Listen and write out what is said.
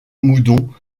moudon